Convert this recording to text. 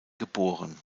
geboren